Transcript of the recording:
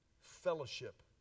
Fellowship